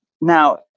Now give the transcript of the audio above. Now